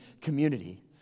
community